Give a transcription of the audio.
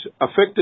affected